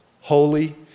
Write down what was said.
holy